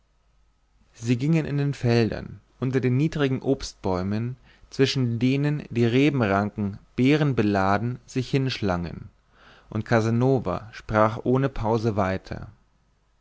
sie gingen in den feldern unter den niedrigen obstbäumen zwischen denen die rebenranken beerenbeladen sich hinschlangen und casanova sprach ohne pause weiter